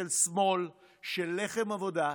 של שמאל, של "לחם עבודה".